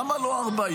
למה לא 40?